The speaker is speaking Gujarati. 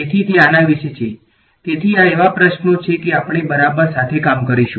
તેથી તે આના વિશે છે તેથી આ એવા પ્રશ્નો છે કે આપણે બરાબર સાથે કામ કરીશું